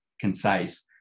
concise